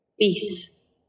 Peace